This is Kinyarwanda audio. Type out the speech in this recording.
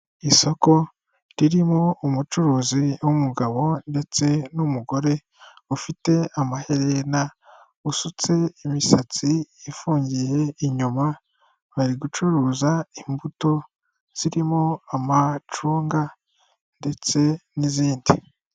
Isoko ririmo umucuruzi w'umugabo ndetse n'umugore ufite amaherena usutse imisatsi ifungiye inyuma bari gucuruza imbuto zirimo amacunga ndetse n'izindi.